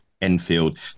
Enfield